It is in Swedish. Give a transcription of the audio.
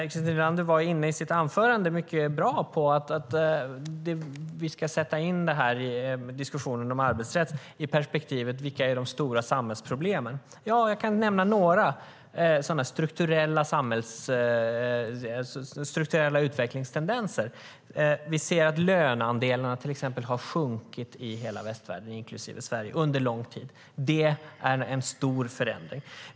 Christer Nylander var i sitt anförande inne på att sätta in diskussionen om arbetsrätt i relation till frågan vilka som är de stora samhällsproblemen. Jag kan nämna några strukturella utvecklingstendenser. Vi ser att löneandelen har sjunkit i hela västvärlden, inklusive Sverige, under lång tid. Det är en stor förändring.